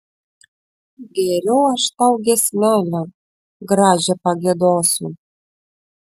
geriau aš tau giesmelę gražią pagiedosiu